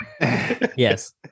Yes